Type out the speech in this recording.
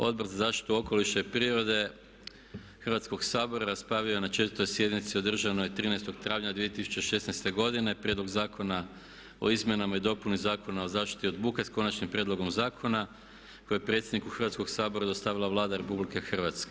Odbor za zaštitu okoliša i prirode Hrvatskog sabora raspravio je na 4. sjednici održanoj 13. travnja 2016. godine Prijedlog zakona o izmjenama i dopunama Zakona o zaštiti od buke s Konačnim prijedlogom Zakona koji je predsjedniku Hrvatskoga sabora dostavila Vlada RH.